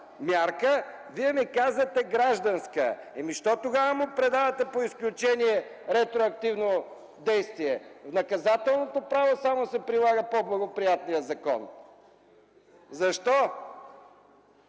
мярка, а Вие ми казвате – гражданска. Тогава защо му придавате по изключение ретроактивно действие? Само в наказателното право се прилага по-благоприятният закон. Защо?